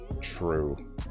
true